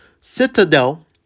Citadel